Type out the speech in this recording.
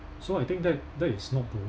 so I think that that is not the